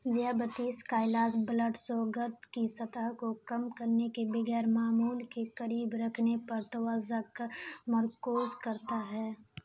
ذیابطیس کا علاج blood sugar کی سطح کو کم کرنے کے بغیر معمول کے قریب رکھنے پر توجہ کا مرکوز کرتا ہے